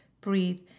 breathe